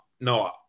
no